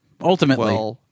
Ultimately